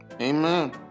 Amen